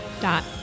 Dot